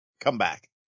comeback